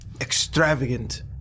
extravagant